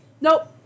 Nope